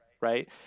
right